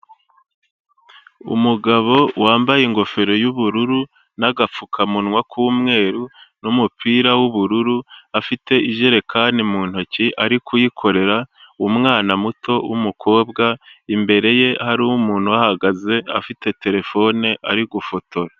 Umugabo wambaye ingofero y'ubururu n'agapfukamunwa k'umweru n'umupira w'ubururu, afite ijerekani mu ntoki ari kuyikorera umwana muto w'umukobwa, imbere ye hari umuntu uhahagaze afite terefone ari gufotora.